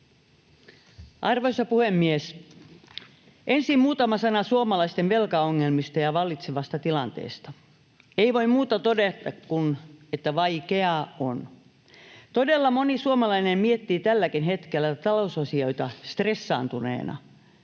Arvoisa puhemies! Ensin muutama sana suomalaisten velkaongelmista ja vallitsevasta tilanteesta: Ei voi muuta todeta kuin että vaikeaa on. Todella moni suomalainen miettii tälläkin hetkellä talousasioita stressaantuneena.